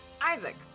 Isaac